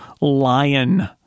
Lion